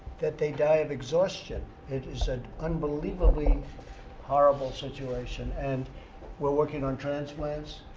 that they die of exhaustion. it is an unbelievably horrible situation. and we're working on transplants.